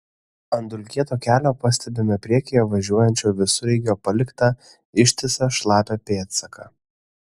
ant dulkėto kelio pastebime priekyje važiuojančio visureigio paliktą ištisą šlapią pėdsaką